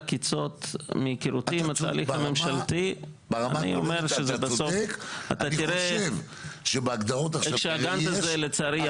מהיכרותי עם התהליך הממשלתי אתה תראה שהגאנט הזה לצערי,